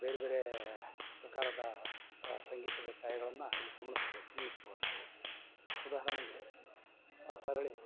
ಬೇರೆಬೇರೆ ಪ್ರಕಾರದ ಆ ಸಂಗೀತದ ಛಾಯೆಗಳನ್ನು ಇಲ್ಲಿ ಗಮನಿಸ್ಬೊ ಗಮ್ನಸಬೋದು ನಾವು ಉದಾಹರಣೆಗೆ ಸರಳಿ